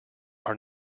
are